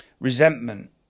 Resentment